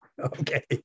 Okay